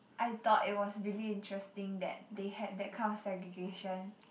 I thought it was really interesting that they had that kind of segregation